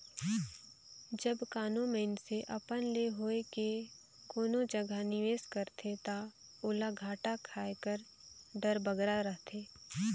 जब कानो मइनसे अपन ले होए के कोनो जगहा निवेस करथे ता ओला घाटा खाए कर डर बगरा रहथे